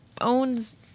owns